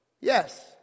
Yes